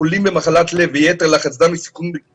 חולים במחלת לב ויתר לחץ דם מצויים